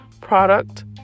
Product